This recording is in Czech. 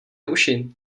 uši